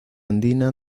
andina